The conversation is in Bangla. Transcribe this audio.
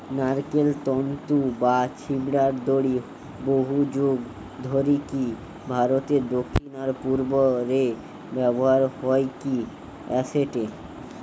নারকেল তন্তু বা ছিবড়ার দড়ি বহুযুগ ধরিকি ভারতের দক্ষিণ আর পূর্ব রে ব্যবহার হইকি অ্যাসেটে